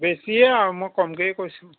বেছিয়ে আও মই কমকেই কৈছোঁ